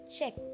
Check